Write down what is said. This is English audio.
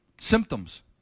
Symptoms